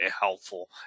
helpful